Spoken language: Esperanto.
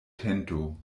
tento